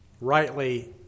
rightly